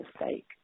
mistake